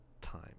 time